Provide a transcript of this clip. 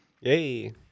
Yay